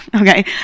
okay